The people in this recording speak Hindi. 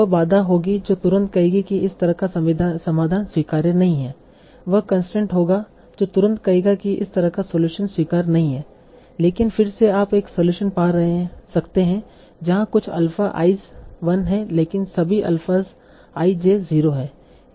वह बाधा होगी जो तुरंत कहेगी कि इस तरह का समाधान स्वीकार्य नहीं है वह कंसट्रेंट होगा जो तुरंत कहेगा कि इस तरह का सलूशन स्वीकार्य नहीं है लेकिन फिर से आप एक सलूशन पा सकते हैं जहां कुछ अल्फा i's 1 हैं लेकिन सभी अल्फा i j 0 हैं